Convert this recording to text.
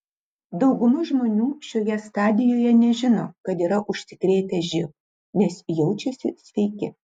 dauguma žmonių šioje stadijoje nežino kad yra užsikrėtę živ nes jaučiasi sveiki